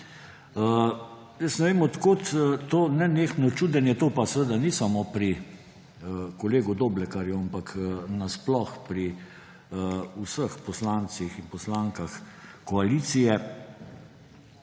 Ne vem, od kod to nenehno čudenje ‒ to pa seveda ni samo pri kolegu Doblekarju, ampak sploh pri vseh poslancih in poslankah koalicije